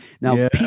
Now